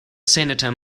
senator